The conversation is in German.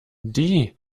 die